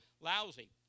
lousy